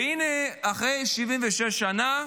והינה, אחרי 76 שנה,